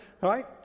right